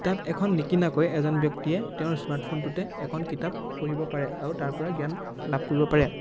কিতাপ এখন নিকিনাকৈ এজন ব্যক্তিয়ে তেওঁৰ স্মাৰ্টফোনটোতে এখন কিতাপ পঢ়িব পাৰে আৰু তাৰপৰা জ্ঞান লাভ কৰিব পাৰে